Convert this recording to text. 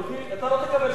אתה לא תקבל שם עבודה.